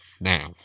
now